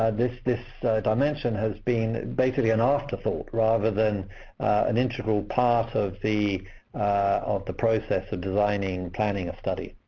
ah this this dimension has been basically an afterthought, rather than an integral part of the ah the process of designing and planning a study.